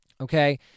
Okay